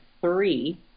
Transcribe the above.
three